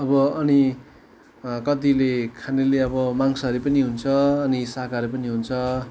अब अनि कतिले खानेले अब मांसाहारी पनि हुन्छ अनि शाकाहारी पनि हुन्छ